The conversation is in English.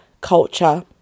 culture